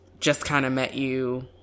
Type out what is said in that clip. just-kind-of-met-you